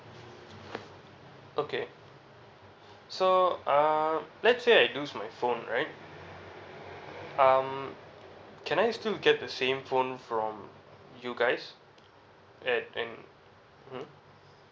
okay so uh let's say I lose my phone right um can I still get the same phone from you guys at an mmhmm